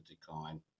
decline